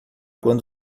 quando